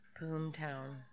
Boomtown